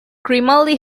grimaldi